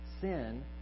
sin